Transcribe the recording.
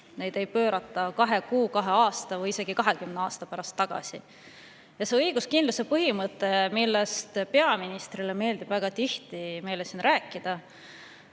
antud, ei pöörata kahe kuu, kahe aasta või isegi 20 aasta pärast tagasi. Sellest õiguskindluse põhimõttest, millest peaministrile meeldib väga tihti meile rääkida,